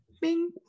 Bing